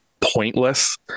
pointless